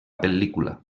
pel·lícula